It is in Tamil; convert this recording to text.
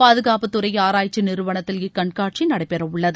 பாதுகாப்புத்துறை ஆராய்ச்சி நிறுவனத்தில் இக்கண்காட்சி நடைபெறவுள்ளது